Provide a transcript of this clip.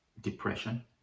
depression